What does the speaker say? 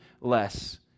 less